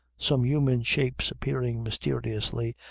some human shapes appearing mysteriously,